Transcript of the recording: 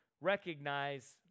recognize